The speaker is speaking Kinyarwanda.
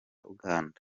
uganda